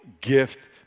gift